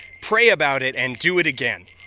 pray about it and do it again